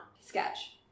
Sketch